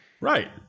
right